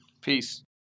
peace